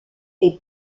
les